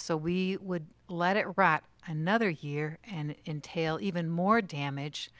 so we would let it rot another year and entails even more damage